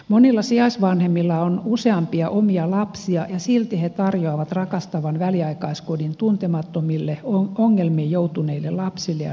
monilla sijaisvanhemmilla on useampia omia lapsia ja silti he tarjoavat rakastavan väliaikaiskodin tuntemattomille ongelmiin joutuneille lapsille ja nuorille